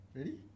Ready